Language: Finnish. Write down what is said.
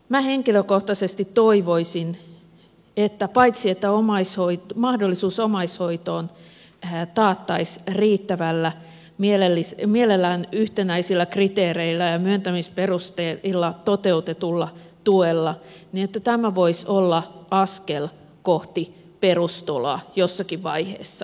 minä henkilökohtaisesti toivoisin paitsi että mahdollisuus omaishoitoon taattaisiin riittävällä ja mielellään yhtenäisillä kriteereillä ja myöntämisperusteilla toteutetulla tuella että tämä voisi olla askel kohti perustuloa jossakin vaiheessa